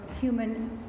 human